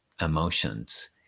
emotions